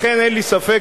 לכן אין לי ספק,